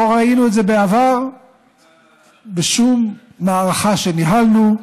לא ראינו את זה בעבר בשום מערכה שניהלנו,